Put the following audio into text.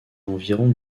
environ